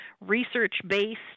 research-based